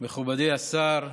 מכובדי השר,